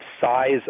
size